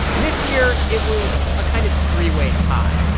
and this year, it was a kind of three-way tie.